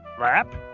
Lap